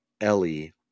ellie